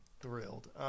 thrilled